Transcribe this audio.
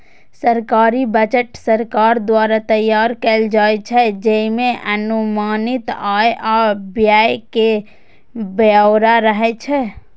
सरकारी बजट सरकार द्वारा तैयार कैल जाइ छै, जइमे अनुमानित आय आ व्यय के ब्यौरा रहै छै